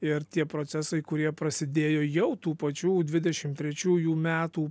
ir tie procesai kurie prasidėjo jau tų pačių dvidešim trečiųjų metų